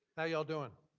how y'all doing?